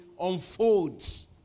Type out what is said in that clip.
unfolds